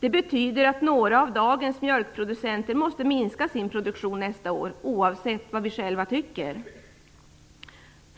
Det betyder att några av dagens mjölkproducenter måste minska sin produktion nästa år, oavsett vad vi själva tycker.